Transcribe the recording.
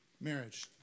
Marriage